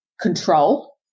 control